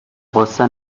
غصه